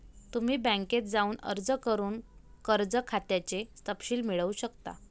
तुम्ही बँकेत जाऊन अर्ज करून कर्ज खात्याचे तपशील मिळवू शकता